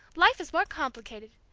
life is more complicated.